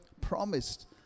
promised